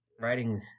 writing